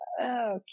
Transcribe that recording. okay